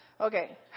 Okay